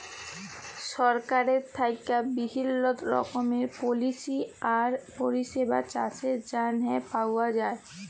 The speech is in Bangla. সরকারের থ্যাইকে বিভিল্ল্য রকমের পলিসি আর পরিষেবা চাষের জ্যনহে পাউয়া যায়